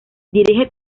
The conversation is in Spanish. dirige